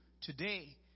today